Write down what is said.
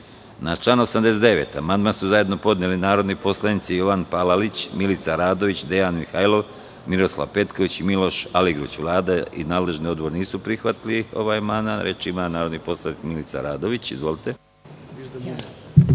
član 89. amandman su zajedno podneli narodni poslanici Jovan Palalić, Milica Radović, Dejan Mihajlov, Miroslav Petković i Miloš Aligrudić. Vlada i nadležni odbor nisu prihvatili ovaj amandman. Reč ima narodni poslanik Milica Radović. Izvolite.